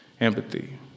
empathy